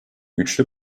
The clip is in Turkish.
güçlü